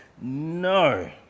No